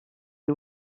est